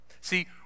See